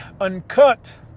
Uncut